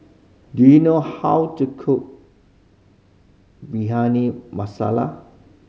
do you know how to cook masala